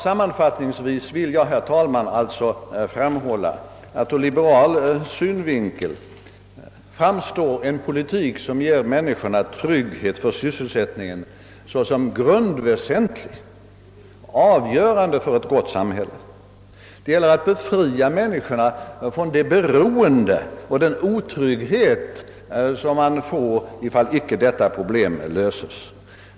Sammanfattningsvis vill jag, herr talman, framhålla att en politik, som ger människorna trygghet för sysselsättningen, ur liberal synvinkel framstår såsom i grunden väsentlig och avgörande för ett gott samhälle. Det gäller att befria människorna från det beroende och den otrygghet som de utsätts för ifall icke detta problem löses.